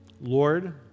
Lord